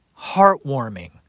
heartwarming